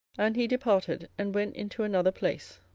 and he departed, and went into another place.